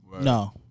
No